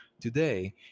Today